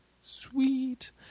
Sweet